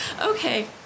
Okay